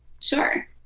Sure